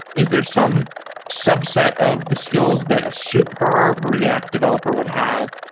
is there some subset of the skills that a superb react developer would have?